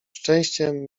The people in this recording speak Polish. szczęściem